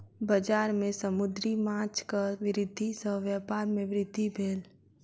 बजार में समुद्री माँछक वृद्धि सॅ व्यापार में वृद्धि भेल